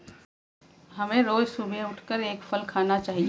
हमें रोज सुबह उठकर एक फल खाना चाहिए